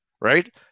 Right